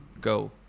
go